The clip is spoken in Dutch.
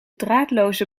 draadloze